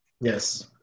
Yes